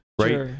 right